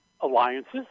alliances